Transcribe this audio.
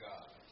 God